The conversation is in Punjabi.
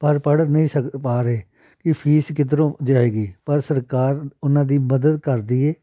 ਪਰ ਪੜ੍ਹ ਨਹੀਂ ਸ ਪਾ ਰਹੇ ਕਿ ਫੀਸ ਕਿੱਧਰੋਂ ਜਾਏਗੀ ਪਰ ਸਰਕਾਰ ਉਹਨਾਂ ਦੀ ਮਦਦ ਕਰਦੀ ਹੈ